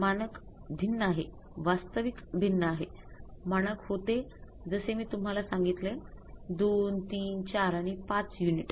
मानक भिन्न आहे वास्तविक भिन्नआहे मानक होते जसे मी तुम्हाला सांगितले 2 3 4 आणि 5 युनिट